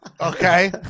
Okay